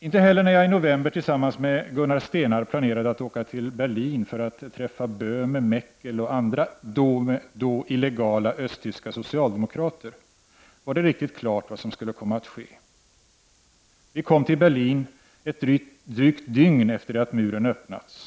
Inte heller när jag i november tillsammans med Gunnar Stenarv planerade att åka till Berlin för att träffa Böhme, Meckel och andra då illegala östtyska socialdemokrater var det riktigt klart vad som skulle komma att ske. Vi kom till Berlin drygt ett dygn efter det att muren hade öppnats.